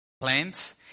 plants